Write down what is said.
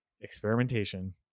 Experimentation